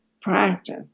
practice